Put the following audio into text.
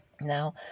Now